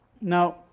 Now